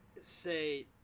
say